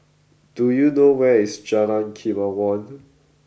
do you know where is Jalan Kemajuan